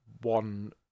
one